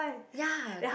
ya